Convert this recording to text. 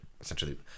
essentially